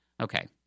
okay